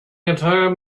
entire